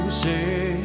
say